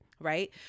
right